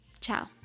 Ciao